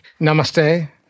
Namaste